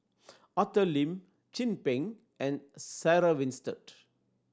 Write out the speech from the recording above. Arthur Lim Chin Peng and Sarah Winstedt